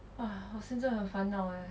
!wah! 我现在很烦恼 eh